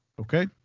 Okay